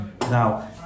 Now